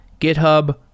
GitHub